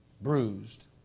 Bruised